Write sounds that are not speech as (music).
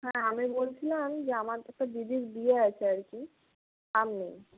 হ্যাঁ আমি বলছিলাম যে আমার (unintelligible) দিদির বিয়ে আছে আর কি সামনেই